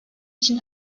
için